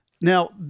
Now